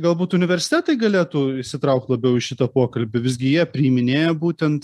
galbūt universitetai galėtų įsitrauk labiau į šitą pokalbį visgi jie priiminėja būtent